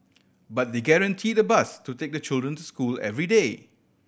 but they guaranteed a bus to take the children to school every day